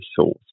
source